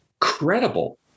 credible